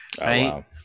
right